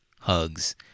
hugs